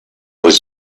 was